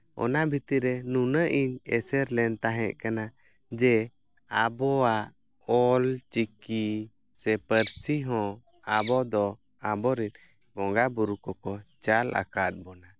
ᱚᱱᱟ ᱵᱷᱤᱛᱤᱨ ᱨᱮ ᱱᱩᱱᱟᱹᱜ ᱤᱧ ᱮᱥᱮᱨ ᱞᱮᱱ ᱛᱟᱦᱮᱸᱠᱟᱱᱟ ᱡᱮ ᱟᱵᱚᱣᱟᱜ ᱚᱞ ᱪᱤᱠᱤ ᱥᱮ ᱯᱟᱹᱨᱥᱤ ᱦᱚᱸ ᱟᱵᱚ ᱫᱚ ᱟᱵᱚ ᱨᱤᱱ ᱵᱚᱸᱜᱟ ᱵᱳᱨᱳ ᱠᱚᱠᱚ ᱪᱟᱞ ᱟᱠᱟᱫᱽ ᱵᱚᱱᱟ